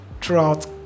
throughout